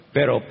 Pero